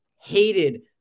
hated